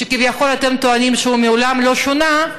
שכביכול אתם טוענים שהוא מעולם לא שונה,